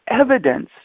evidence